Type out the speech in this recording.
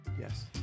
yes